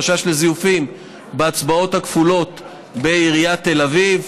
חשש לזיופים בהצבעות הכפולות בעיריית תל אביב,